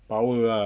power ah